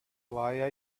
why